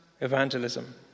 evangelism